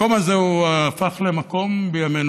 המקום הזה הפך בימינו,